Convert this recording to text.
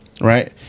Right